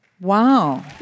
Wow